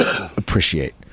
appreciate